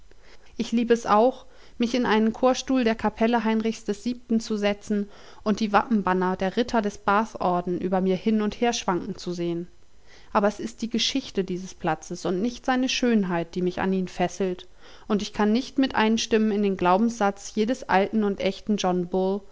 ich lieb es auch mich in einen chorstuhl der kapelle heinrichs vii zu setzen und die wappenbanner der ritter des bathordens über mir hin und her schwanken zu sehen aber es ist die geschichte dieses platzes und nicht seine schönheit die mich an ihn fesselt und ich kann nicht mit einstimmen in den glaubenssatz jedes alten und echten